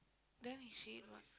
then she must